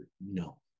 no